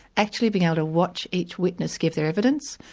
actually being able to watch each witness give their evidence,